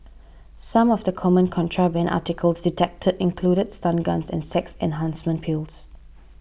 some of the common contraband articles detected included stun guns and sex enhancement pills